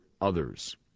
others